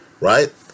right